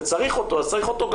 וצריך אותו,